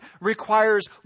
requires